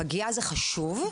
פגייה זה חשוב,